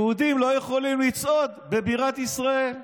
יהודים לא יכולים לצעוד בבירת ישראל.